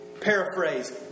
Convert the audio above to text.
Paraphrase